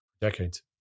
decades